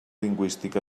lingüístic